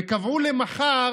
וקבעו למחר